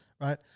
right